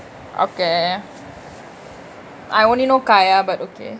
okay I only know gaia but okay